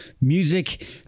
music